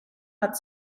hat